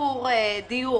שיפור דיור